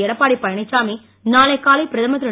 எடப்பாடி பழனிச்சாமி நாளை காலை பிரதமர் திரு